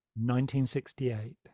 1968